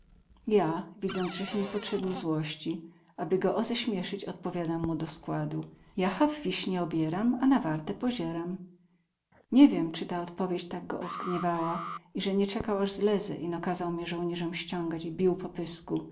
ja widząc że sie niepotrzebnie złości aby go oześmieszyć odpowiadam mu do składu ja haw wiśnie obieram a na wartę pozieram nie wiem czy to odpowiedź tak go ozgniewała iże nie czekał aż zlezę ino kazał mie żołnierzom ściągnąć i bił